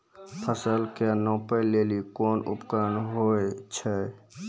फसल कऽ नापै लेली कोन उपकरण होय छै?